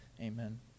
Amen